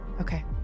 Okay